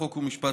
חוק ומשפט,